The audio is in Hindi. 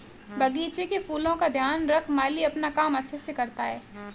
बगीचे के फूलों का ध्यान रख माली अपना काम अच्छे से करता है